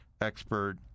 expert